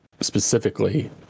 specifically